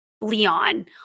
Leon